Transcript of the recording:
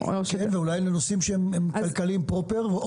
אולי לנושאים שהם כלכליים פרופר.